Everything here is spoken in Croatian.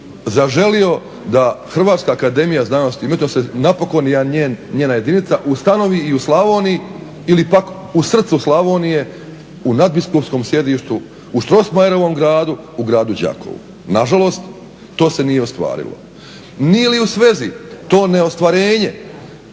zaželio da Hrvatska akademija znanosti i umjetnosti napokon njena jedinica ustanovi i u Slavoniji ili pak u srcu Slavonije u nadbiskupskom sjedištu, u Strossmayerovom gradu, u gradu Đakovu. Na žalost, to se nije ostvarilo. Nije li u svezi to neostvarenje